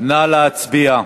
נא להצביע.